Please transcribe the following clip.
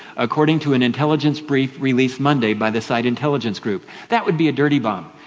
according to an intelligence brief released monday by the site intelligence group. that would be a dirty bomb.